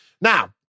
Now